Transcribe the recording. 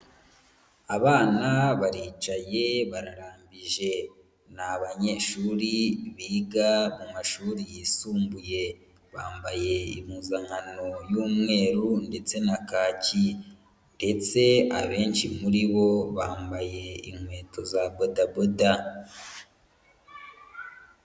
Abana baricaye bararambije, ni abanyeshuri biga mu mashuri yisumbuye, bambaye impuzankano y'umweru ndetse na kaki, ndetse abenshi muri bo bambaye inkweto za bodaboda.